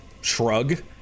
shrug